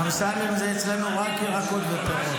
אמסלם זה אצלנו רק ירקות ופירות.